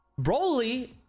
Broly